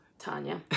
Tanya